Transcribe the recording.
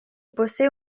posee